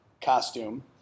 costume